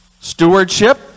Stewardship